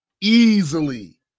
easily